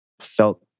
felt